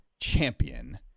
champion